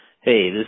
Hey